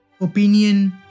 Opinion